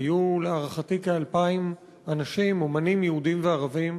היו להערכתי כ-2,000 אנשים, אמנים יהודים וערבים.